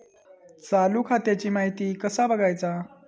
चालू खात्याची माहिती कसा बगायचा?